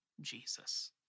Jesus